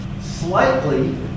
slightly